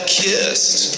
kissed